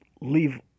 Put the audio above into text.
leave